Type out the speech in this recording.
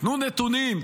תנו נתונים,